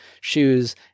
shoes